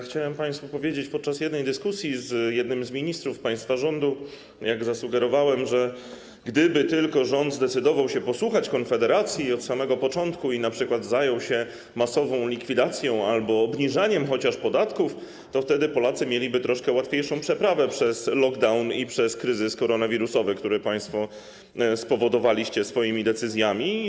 Chciałem państwu powiedzieć, że podczas dyskusji z jednym z ministrów państwa rządu zasugerowałem, że gdyby tylko rząd zdecydował się posłuchać Konfederacji od samego początku i np. zajął się masową likwidacją albo chociaż obniżaniem podatków, to wtedy Polacy mieliby troszkę łatwiejszą przeprawę przez lockdown i przez kryzys koronawirusowy, który państwo spowodowaliście swoimi decyzjami.